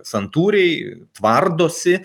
santūriai tvardosi